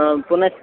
पुनश्